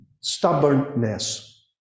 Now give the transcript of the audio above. stubbornness